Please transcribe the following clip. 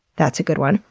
that's a good one.